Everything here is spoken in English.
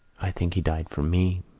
i think he died for me,